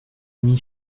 ami